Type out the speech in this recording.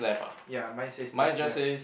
ya mine says next left